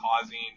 causing